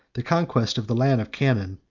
the conquest of the land of canaan,